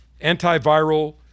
antiviral